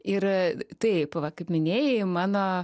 ir taip va kaip minėjai mano